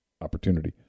opportunity